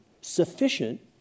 sufficient